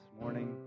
morning